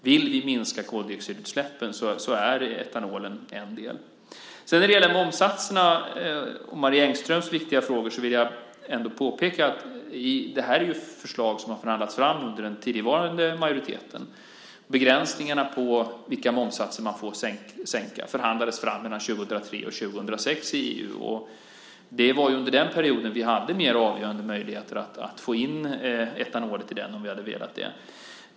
Vill vi minska koldioxidutsläppen är etanolen en del. När det sedan gäller momssatserna och Marie Engströms viktiga frågor vill jag ändå påpeka att detta är förslag som har förhandlats fram under den förutvarande majoriteten. Begränsningarna i fråga om vilka momssatser man får sänka förhandlades fram mellan 2003 och 2006 i EU. Det var under den perioden vi hade mer avgörande möjligheter att få in etanolen om vi hade velat det.